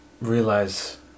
realize